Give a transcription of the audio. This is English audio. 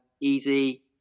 Easy